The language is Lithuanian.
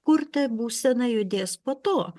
kur ta būsena judės po to